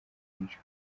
benshi